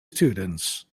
students